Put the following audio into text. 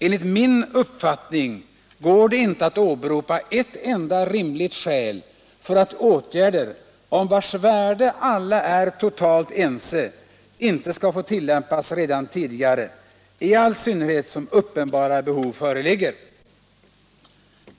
Enligt min uppfattning går det inte att åberopa ett enda rimligt skäl för att åtgärder om vilkas värde alla är totalt ense inte skall få tilllämpas redan tidigare, i all synnerhet som uppenbara behov föreligger.